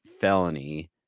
felony